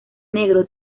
negro